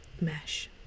mesh